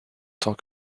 tant